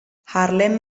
harlem